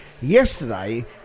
Yesterday